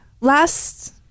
last